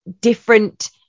different